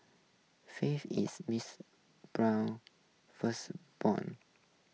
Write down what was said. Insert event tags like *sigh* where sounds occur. faith is Mister Brown's *noise* firstborn